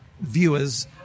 viewers